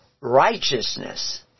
righteousness